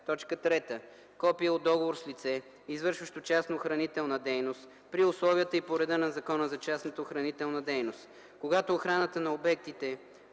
така: “3. копие от договор с лице, извършващо частна охранителна дейност при условията и по реда на Закона за частната охранителна дейност; когато охраната на обектите